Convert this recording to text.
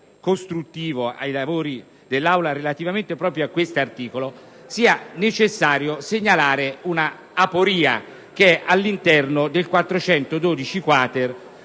costruttivo ai lavori dell'Aula relativamente proprio a questo articolo credo sia necessario segnalare una aporia che è all'interno dell'articolo